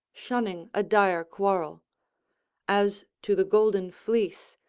shunning a dire quarrel as to the golden fleece,